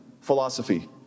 philosophy